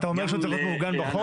אתה אומר שהוא צריך להיות מעוגן בחוק?